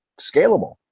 scalable